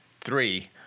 three